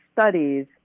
studies